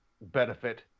benefit